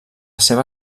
seva